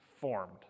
formed